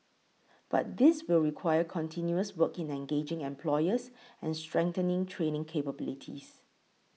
but this will require continuous work in engaging employers and strengthening training capabilities